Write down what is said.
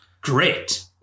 Great